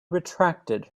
retracted